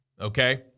okay